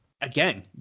Again